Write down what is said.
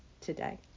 today